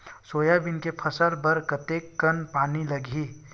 Soybean के फसल बर कतेक कन पानी लगही?